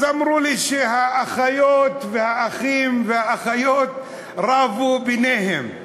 אז אמרו לי שהאחיות והאחים רבו ביניהם,